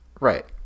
Right